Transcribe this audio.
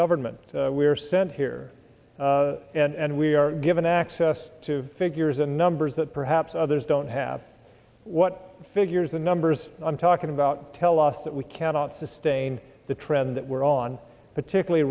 government we are sent here and we are given access to figures and numbers that perhaps others don't have what figures the numbers i'm talking about tell us that we cannot sustain the trend that we're on particularly